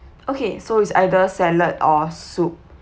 okay so is either salad or soup